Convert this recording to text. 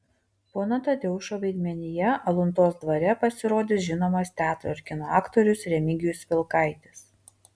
pono tadeušo vaidmenyje aluntos dvare pasirodys žinomas teatro ir kino aktorius remigijus vilkaitis